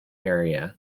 area